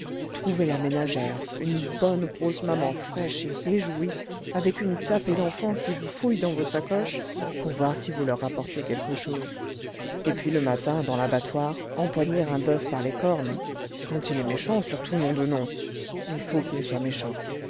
trouver la ménagère une bonne grosse maman fraîche et réjouie avec une tapée d'enfants qui vous fouillent dans vos sacoches pour voir si vous leur rapportez quelque chose et puis le matin dans l'abattoir empoigner un boeuf par les cornes quand il est méchant surtout nom de nom il faut qu'il soit méchant